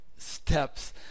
steps